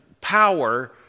power